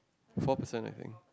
four percent I think